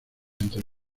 entre